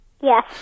Yes